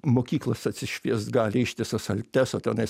mokyklose apsišviest gali ištisas altes o tenais